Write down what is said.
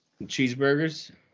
Cheeseburgers